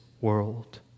world